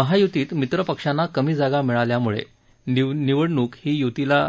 महायुतीत मित्र पक्षांना कमी जागा मिळाल्या त्यामुळे ही निवडणुक युतीला